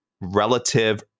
relative